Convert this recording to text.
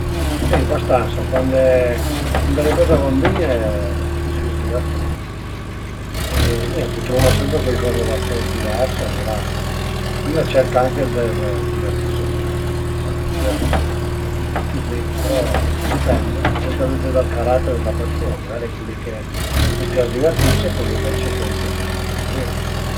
Sincerament l'ai ne dë preferense, però sia sia ël computer che ël cellular, se no la televiziun, la televizun pensu ch'a sia l'ünich sistema che riese a senti diversi tipi dë nutisie, però tante volte a t'fregu anche cule coze li